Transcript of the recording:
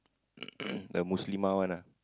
the Muslimah one ah